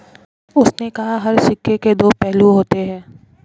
उसने कहा हर सिक्के के दो पहलू होते हैं